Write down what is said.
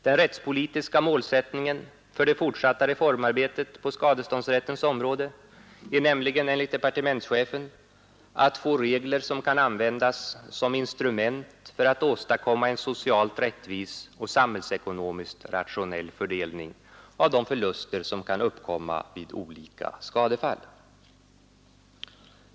Den rättspolitiska målsättningen för det fortsatta reformarbetet på skadeståndsrättens område är nämligen enligt departementschefen att få regler som kan användas som ”instrument för att åstadkomma en socialt rättvis och samhällsekonomiskt rationell fördelning” av de förluster som kan uppkomma vid olika skadefall.